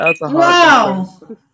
Wow